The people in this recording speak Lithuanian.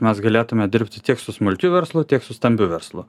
mes galėtume dirbti tiek su smulkiu verslu tiek su stambiu verslu